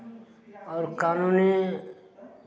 आओर कानूनी